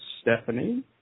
Stephanie